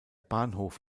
bahnhof